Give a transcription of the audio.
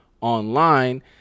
Online